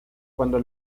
cuando